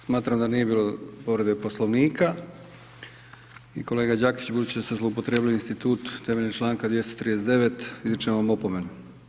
Smatram da nije bilo povrede Poslovnika i kolega Đakić budući da ste zloupotrijebili institut temeljem čl. 239. izričem vam opomenu.